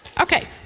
Okay